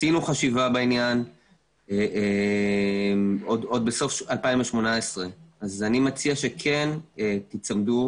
עשינו חשיבה בעניין עוד בסוף 2018. אני מציע שכן תיצמדו